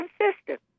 consistent